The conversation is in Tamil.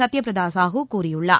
சத்யப்பிரதா சாஹு கூறியுள்ளார்